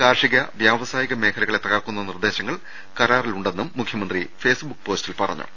കാർഷിക വ്യാവസായിക മേഖലകളെ തകർക്കുന്ന നിർദേശങ്ങൾ കരാറിലുണ്ടെന്നും മുഖ്യമന്ത്രി ഫേസ്ബുക്ക് പോസ്റ്റിൽ പറഞ്ഞു